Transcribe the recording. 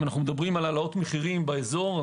אם מדברים על העלאות מחירים באזור,